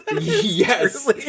Yes